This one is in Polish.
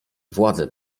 władze